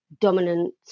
dominant